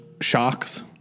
shocks